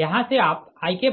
यहाँ से आप Ik